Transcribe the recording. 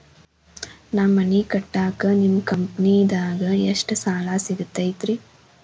ನಾ ಮನಿ ಕಟ್ಟಾಕ ನಿಮ್ಮ ಕಂಪನಿದಾಗ ಎಷ್ಟ ಸಾಲ ಸಿಗತೈತ್ರಿ?